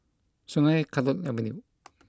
Sungei Kadut Avenue